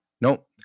No